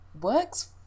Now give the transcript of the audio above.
works